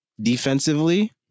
defensively